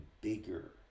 bigger